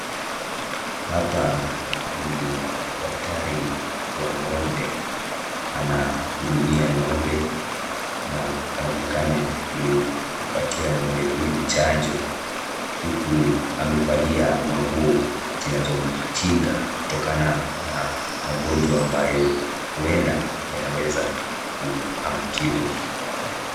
Hapa ni daktari wa ng'ombe ana hudumia ng'ombe na anaonekana kumpatia ng'ombe huyu chanjo huku amevalia manguo zinazo mkinga kutokana na magonjwa ambayo huenda yanaweza kuambukizwa